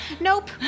Nope